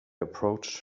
approached